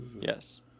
Yes